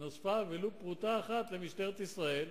שנוספה ולו פרוטה אחת למשטרת ישראל.